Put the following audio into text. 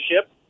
ship